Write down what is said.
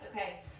okay